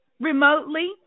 remotely